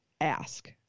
ask